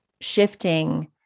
shifting